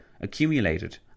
accumulated